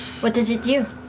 what does it do?